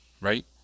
Right